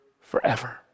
forever